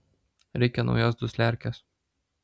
reikia naujos dusliarkės